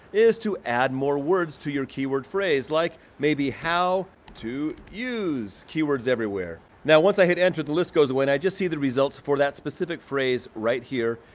is to add more words to your keyword phrase like maybe how to use keywords everywhere. now once i hit enter, the list goes away and i just see the results for that specific phrase right here.